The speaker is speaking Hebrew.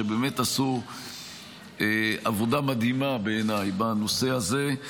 שבאמת עשו עבודה מדהימה בעיניי בנושא הזה.